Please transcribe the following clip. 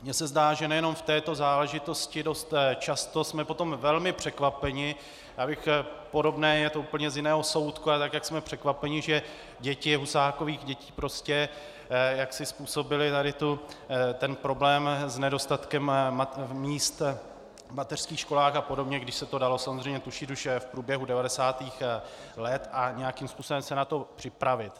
Mně se zdá, že nejenom v této záležitosti dost často jsme potom velmi překvapeni, podobné je to z úplně jiného soudku, ale tak jak jsme překvapeni, že děti Husákových dětí prostě jaksi způsobily tady ten problém s nedostatkem míst v mateřských školách apod., když se to dalo samozřejmě tušit už v průběhu 90. let a nějakým způsobem se na to připravit.